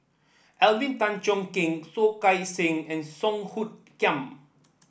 Alvin Tan Cheong Kheng Soh Kay Siang and Song Hoot Kiam